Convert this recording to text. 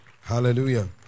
Hallelujah